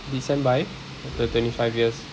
did sam buy the twenty five years